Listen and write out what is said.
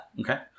Okay